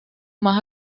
más